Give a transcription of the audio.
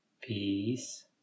Peace